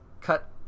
cut